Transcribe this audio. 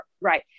right